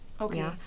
okay